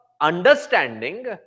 understanding